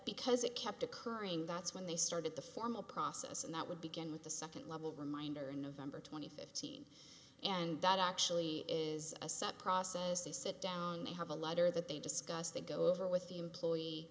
because it kept occurring that's when they started the formal process and that would begin with the second level reminder in november twenty fifth scene and that actually is a sub process they sit down they have a letter that they discuss they go over with the employee